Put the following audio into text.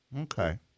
Okay